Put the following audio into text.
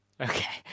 Okay